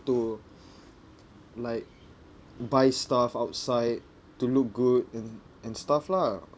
to like buy stuff outside to look good and and stuff lah